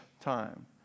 time